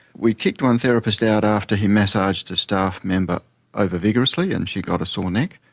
we kicked one therapist out after he massaged a staff member over-vigorously and she got a sore neck.